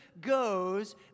goes